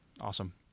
Awesome